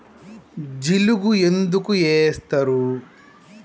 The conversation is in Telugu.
జిలుగు ఎందుకు ఏస్తరు?